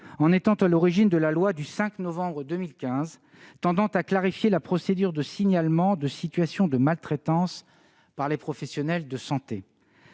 en étant à l'origine de la loi du 5 novembre 2015 tendant à clarifier la procédure de signalement de situations de maltraitance par les professionnels de santé.